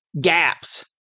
gaps